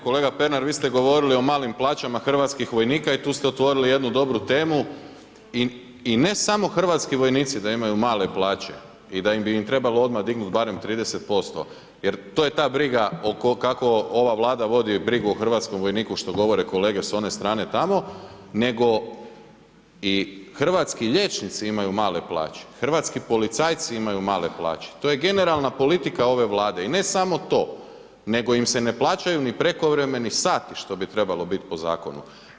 Kolega Pernar, vi ste govorili o malim plaćama hrvatskih vojnika, i tu ste otvorili jednu dobru temu, i ne samo hrvatski vojnici da imaju male plaće, i da im bi im treba odmah dignuti barem 30%, jer to je ta briga o, kako ova Vlada vodi brigu o hrvatskom vojniku što govore kolege sa one strane tamo, nego i hrvatski liječnici imaju male plaće, hrvatski policajci imaju male plaće, to je generalna politika ove Vlade, i ne samo to, nego im se ne plaćaju ni prekovremeni sati što bi trebalo bit' po Zakonu.